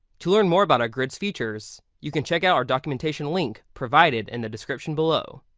to learn more about our grids features you can check out our documentation link provided in the description below.